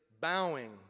bowing